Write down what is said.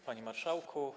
Panie Marszałku!